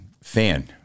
fan